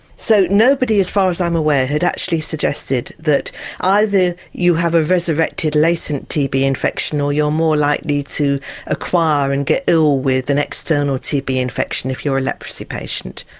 so nobody as far as i am aware had actually actually suggested that either you have a resurrected latent tb infection or you're more likely to acquire and get ill with an external tb infection if you're a leprosy patient.